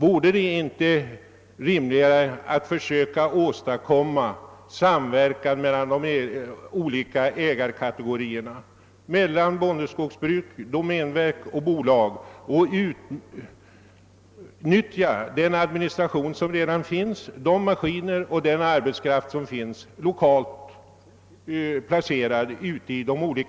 Vore det inte rimligare att försöka åstadkomma samverkan mellan de olika ägarkategorierna, bondeskogsbruket, domänverket och bolagen, och utnyttja den administration, de maskiner och den arbetskraft som redan finns ute